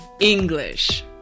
English